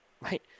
right